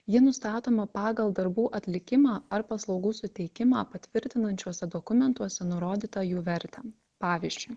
ji nustatoma pagal darbų atlikimą ar paslaugų suteikimą patvirtinančiuose dokumentuose nurodytą jų vertę pavyzdžiui